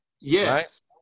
Yes